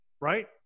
right